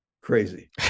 crazy